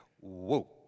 Whoa